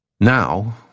Now